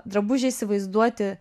drabužį įsivaizduoti